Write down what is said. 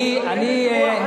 כל הדברים האלה, בוועדה.